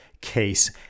case